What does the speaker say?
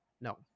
No